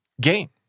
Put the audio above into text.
game